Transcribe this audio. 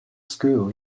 school